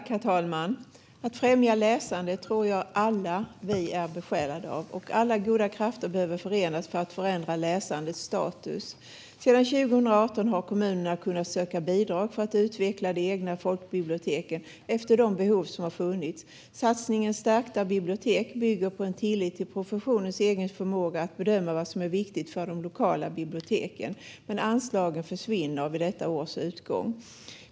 Herr talman! Att främja läsande tror jag att vi alla är besjälade av. Alla goda krafter behöver förenas för att förändra läsandets status. Sedan 2018 har kommunerna kunnat söka bidrag för att utveckla de egna folkbiblioteken efter de behov som har funnits. Satsningen Stärkta bibliotek bygger på en tillit till professionens egen förmåga att bedöma vad som är viktigt för de lokala biblioteken. Men anslagen försvinner vid detta års utgång.